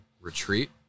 retreat